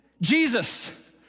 Jesus